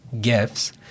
gifts